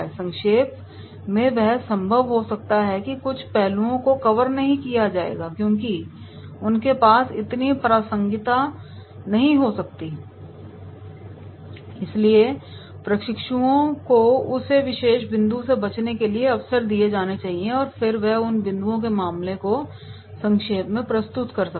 संक्षेप में यह संभव हो सकता है कि कुछ पहलुओं को कवर नहीं किया जाएगा क्योंकि उनके पास इतनी प्रासंगिकता नहीं हो सकती है इसलिए प्रशिक्षुओं को उस विशेष बिंदु से बचने के लिए अवसर दिए जाने चाहिए और फिर वह उन बिंदुओं के बिना मामले को संक्षेप में प्रस्तुत कर सकता है